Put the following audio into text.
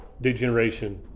Degeneration